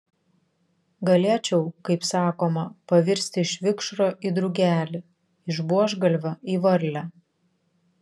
galėčiau kaip sakoma pavirsti iš vikšro į drugelį iš buožgalvio į varlę